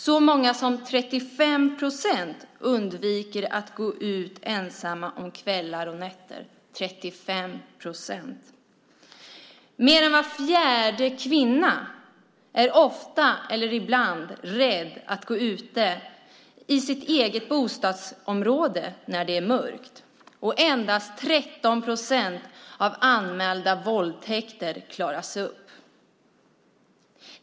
Så många som 35 procent undviker att gå ut ensamma om kvällar och nätter - 35 procent! Mer än var fjärde kvinna är ofta eller ibland rädd att röra sig ute i sitt eget bostadsområde när det är mörkt. Endast 13 procent av anmälda våldtäkter klaras upp.